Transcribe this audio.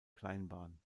kleinbahn